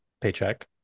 paycheck